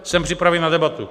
Jsem připraven na debatu.